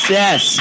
yes